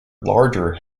larger